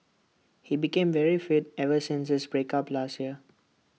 he became very fit ever since his break up last year